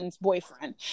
boyfriend